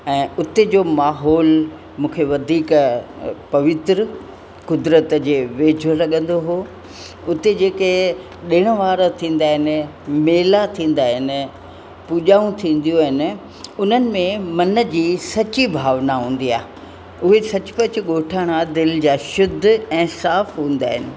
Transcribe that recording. ऐं उते जो माहोल मूंखे वधीक पवित्र कुदरत जे वेझो लॻंदो हो उते जेके ॾिण वार थींदा आहिनि ऐं मेला थींदा आहिनि पूॼाऊं थींदियूं आहिनि उन्हनि में मन जी सची भावना हूंदी आहे उहे सच पच ॻोठाणा दिलि जा शुद्ध ऐं साफ़ु हूंदा आहिनि